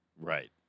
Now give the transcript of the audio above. right